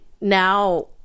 now